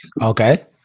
Okay